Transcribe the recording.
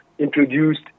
introduced